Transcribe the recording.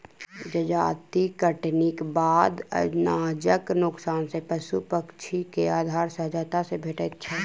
जजाति कटनीक बाद अनाजक नोकसान सॅ पशु पक्षी के आहार सहजता सॅ भेटैत छै